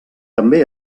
també